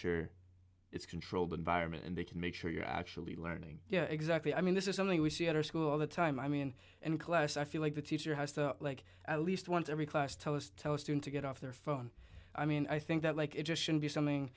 sure it's controlled environment and they can make sure you're actually learning yeah exactly i mean this is something we see at our school all the time i mean and close i feel like the teacher has to like at least once every class tell us tell us student to get off their phone i mean i think that like it just should be something